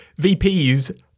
VPs